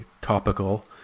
topical